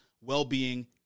well-being